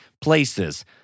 places